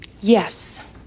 Yes